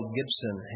Gibson